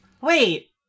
Wait